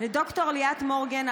לד"ר ליאת מורגן,